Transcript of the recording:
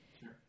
Sure